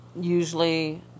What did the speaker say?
Usually